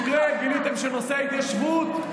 יועז, תגיד שהמדינה הוקמה כשהמפלגה שלך הוקמה.